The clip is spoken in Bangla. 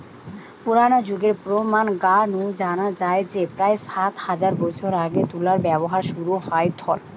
পুরনা যুগের প্রমান গা নু জানা যায় যে প্রায় সাত হাজার বছর আগে তুলার ব্যবহার শুরু হইথল